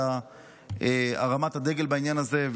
על הרמת הדגל בעניין הזה.